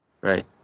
Right